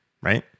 right